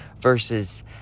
versus